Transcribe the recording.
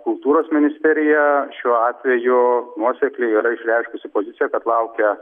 kultūros ministerija šiuo atveju nuosekliai yra išreiškusi poziciją kad laukia